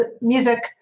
music